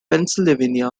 pennsylvania